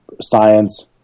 science